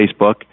Facebook